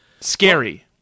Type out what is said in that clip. Scary